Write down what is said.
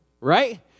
right